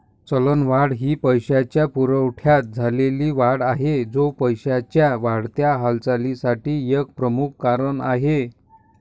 चलनवाढ ही पैशाच्या पुरवठ्यात झालेली वाढ आहे, जो पैशाच्या वाढत्या हालचालीसाठी एक प्रमुख कारण आहे